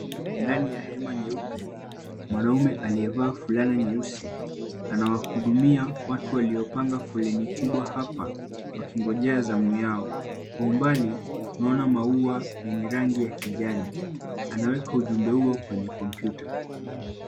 Ndanibya hema nyuepe, mwanaume aliyevalia fulana nyeusi anahudumia watu waliopanga foleni hapa wakingojea zamu yao. Kwa umbali tunaona maua yenye rangi ya kijani. Anaweka ujumbe huo kwenye kompyuta.